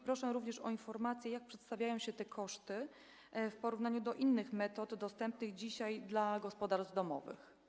Proszę również o informację, jak przedstawiają się te koszty w porównaniu do innych metod dostępnych dzisiaj dla gospodarstw domowych.